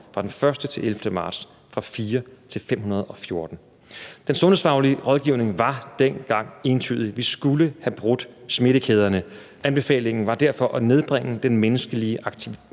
Fra den 1.-11. marts gik tallet fra 4 til 514. Den sundhedsfaglige rådgivning var dengang entydig: Vi skulle have brudt smittekæderne. Anbefalingen var derfor at nedbringe den menneskelige kontakt